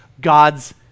God's